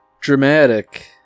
dramatic